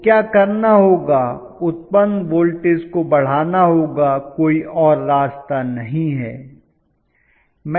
तो क्या करना होगा उत्पन्न वोल्टेज को बढ़ाना होगा कोई और रास्ता नहीं है